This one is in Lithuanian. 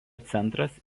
centras